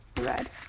Red